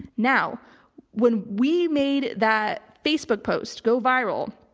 now when we made that facebook post go viral.